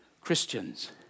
Christians